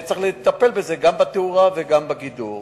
וצריך לטפל בזה גם בתאורה וגם בגידור,